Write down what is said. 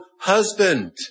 husband